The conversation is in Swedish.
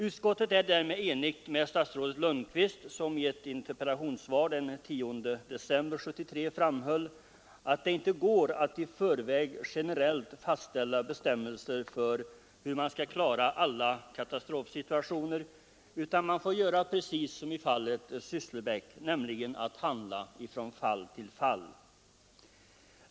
Utskottet är därmed enigt med statsrådet Lundkvist, som i ett interpellationssvar den 10 december 1973 framhöll att det inte går att i förväg generellt fastställa bestämmelser för hur man skall klara alla katastrofsituationer. Man får göra precis som i fallet Sysslebäck, nämligen handla från fall till fall.